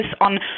on